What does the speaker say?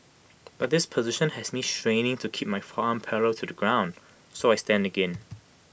but this position has me straining to keep my forearm parallel to the ground so I stand again